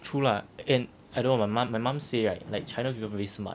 true lah and I don't know my mum my mum say right china people very smart